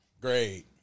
Great